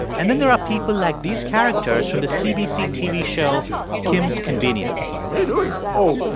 and then there are people like these characters from the cbc tv show kim's convenience. what are you doing? oh,